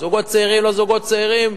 זוגות צעירים, לא זוגות צעירים,